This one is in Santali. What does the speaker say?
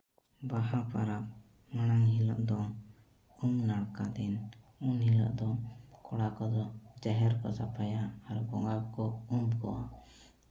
ᱵᱟᱦᱟ ᱯᱚᱨᱚᱵᱽ ᱢᱟᱲᱟᱝ ᱦᱤᱞᱳᱜ ᱫᱚ ᱩᱢ ᱱᱟᱲᱠᱟ ᱫᱤᱱ ᱩᱱ ᱦᱤᱞᱳᱜ ᱫᱚ ᱠᱚᱲᱟ ᱠᱚᱫᱚ ᱡᱟᱦᱮᱨ ᱠᱚ ᱥᱟᱯᱷᱟᱭᱟ ᱟᱨ ᱵᱚᱸᱜᱟ ᱠᱚ ᱠᱚ ᱩᱢ ᱠᱚᱣᱟ